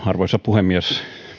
arvoisa puhemies